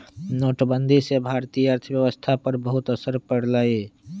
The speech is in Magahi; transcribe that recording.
नोटबंदी से भारतीय अर्थव्यवस्था पर बहुत असर पड़ लय